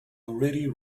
already